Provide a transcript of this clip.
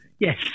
Yes